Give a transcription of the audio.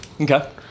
okay